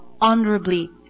Honorably